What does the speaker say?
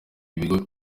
bigo